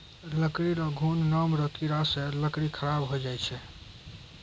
लकड़ी रो घुन नाम रो कीड़ा से लकड़ी खराब होय जाय छै